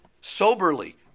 soberly